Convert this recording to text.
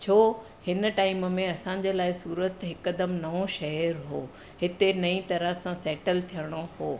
छो हिन टाइम में असांजे लाइ सूरत हिकदमि नओं शहिर हो हिते नई तरह सां सेटल थियणो हो